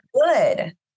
good